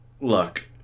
look